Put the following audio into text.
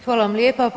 Hvala vam lijepa.